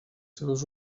seves